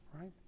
right